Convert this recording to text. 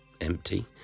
empty